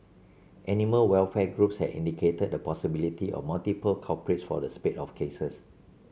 animal welfare groups had indicated the possibility of multiple culprits for the spate of cases